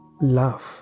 love